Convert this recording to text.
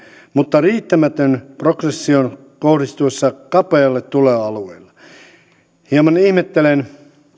mutta riittämätön progression kohdistuessa kapealle tuloalueelle hieman ihmettelen